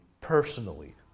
personally